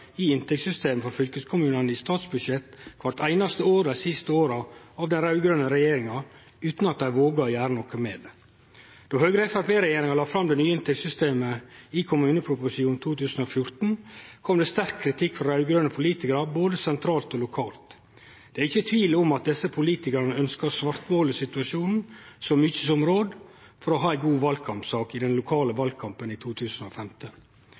i inntektssystemet for fylkeskommunane i statsbudsjettet kvart einaste år dei siste åra av den raud-grøne regjeringa, utan at dei våga å gjere noko med det. Då Høgre–Framstegsparti-regjeringa la fram det nye inntektssystemet i kommuneproposisjonen 2014, kom det sterk kritikk frå raud-grøne politikarar både sentralt og lokalt. Det er ikkje tvil om at desse politikarane ønskte å svartmåle situasjonen så mykje som råd, for å ha ei god valkampsak i den lokale valkampen i 2015.